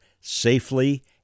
safely